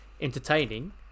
entertaining